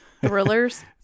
thrillers